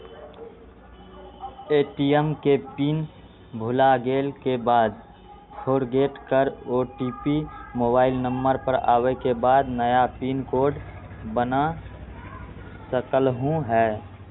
ATM के pin भुलागेल के बाद फोरगेट कर ओ.टी.पी मोबाइल नंबर पर आवे के बाद नया पिन कोड बना सकलहु ह?